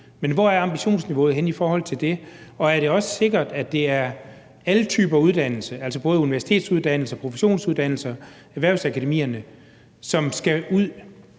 Men hvor er ambitionsniveauet henne i forhold til det, og er det også sikkert, at det er alle typer uddannelser, altså både universitetsuddannelser, professionsuddannelser, erhvervsakademierne, som skal ud